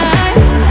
eyes